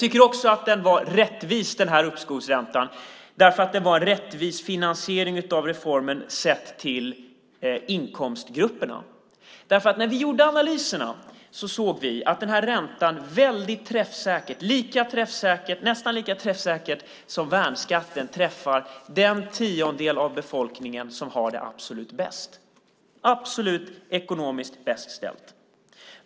Uppskovsräntan var rättvis också för att det var en rättvis finansiering av reformen sett till inkomstgrupperna. När vi gjorde analyserna såg vi nämligen att den här räntan väldigt träffsäkert, nästan lika träffsäkert som värnskatten, träffar den tiondel av befolkningen som har det absolut bäst ställt ekonomiskt.